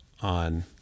on